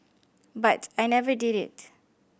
but I never did it